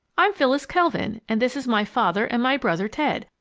i'm phyllis kelvin and this is my father and my brother ted.